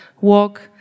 walk